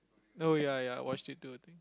no ya ya I watched it too I think